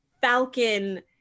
Falcon